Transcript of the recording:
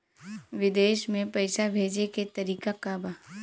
विदेश में पैसा भेजे के तरीका का बा?